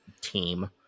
team